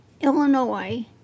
Illinois